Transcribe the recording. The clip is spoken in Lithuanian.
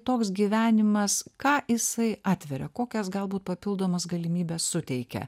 toks gyvenimas ką jisai atveria kokias galbūt papildomas galimybes suteikia